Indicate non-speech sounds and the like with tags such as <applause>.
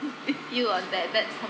<laughs> feel on that that's